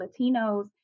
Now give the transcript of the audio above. Latinos